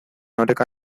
oreka